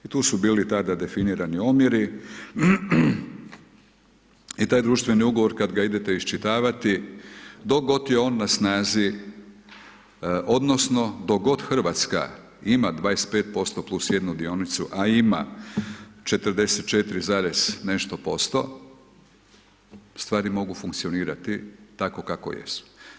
I tu su bili tada definirani omjeri i taj društveni ugovor kad ga idete iščitavati dok god je on na snazi odnosno dok god Hrvatska imam 25% plus 1 dionicu, a ima 44, nešto posto, stvari mogu funkcionirati tako kako jesu.